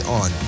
on